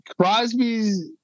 Crosby's